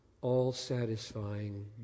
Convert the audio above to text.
all-satisfying